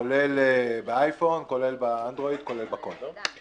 כולל באייפון, כולל באנדרואיד, כולל בכול.